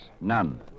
None